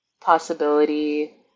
possibility